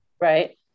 right